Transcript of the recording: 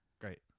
Great